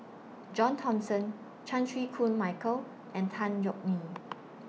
John Thomson Chan Chew Koon Michael and Tan Yeok Nee